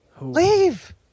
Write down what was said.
leave